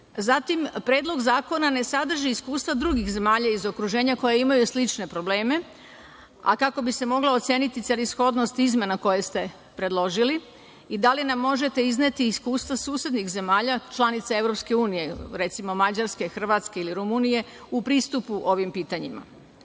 Predlog zakona ne sadrži iskustva drugih zemalja iz okruženja koje imaju slične probleme, a kako bi se mogla oceniti celishodnost izmena koje ste predložili, da li nam možete izneti iskustva susednih zemalja, članica EU, recimo Mađarske, Hrvatske ili Rumunije, u pristupi ovim pitanjima.U